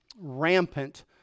rampant